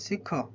ଶିଖ